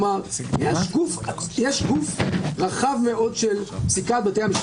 וכפי שאמרתי לפחות להערכתי הנושא הזה של סבירות יצר אי